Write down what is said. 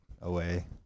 away